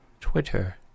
Twitter